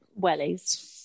wellies